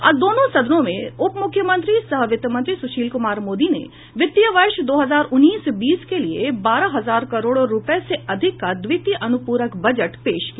आज दोनों सदनों में उप मुख्यमंत्री सह वित्त मंत्री सुशील कुमार मोदी ने वित्तीय वर्ष दो हजार उन्नीस बीस के लिए बारह हजार करोड़ रुपये से अधिक का द्वितीय अनुपूरक बजट पेश किया